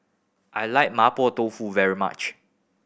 I like Mapo Tofu very much